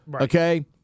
okay